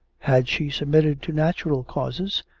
had she submitted to natural causes,